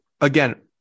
again